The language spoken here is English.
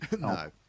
No